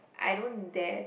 I don't dare to